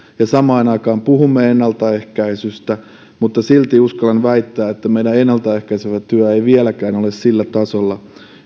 ja samaan aikaan puhumme ennaltaehkäisystä mutta silti uskallan väittää että meidän ennaltaehkäisevä työ ei vieläkään ole sillä tasolla